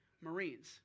Marines